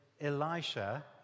Elisha